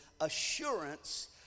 assurance